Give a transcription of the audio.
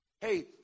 Hey